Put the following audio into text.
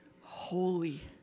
holy